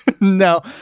no